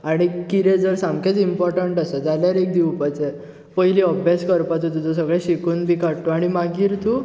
आनी किदे जर सामकेंच इंपोर्टंट आसा जाल्यार एक दिवपाचे पयली अभ्यास करपाचो तुजो सगळो सगळें शिकून बी काड तूं आनी मागीर तूं